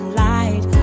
light